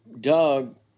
Doug